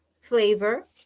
flavor